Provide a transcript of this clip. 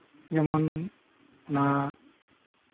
ᱡᱮᱢᱚᱱ ᱱᱟᱦᱟᱜ